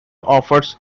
offers